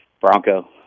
Bronco